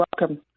welcome